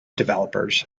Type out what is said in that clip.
developers